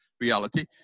reality